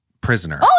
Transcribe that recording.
Prisoner